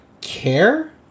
care